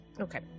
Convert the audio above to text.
Okay